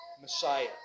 Messiah